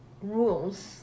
rules